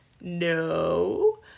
no